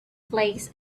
flakes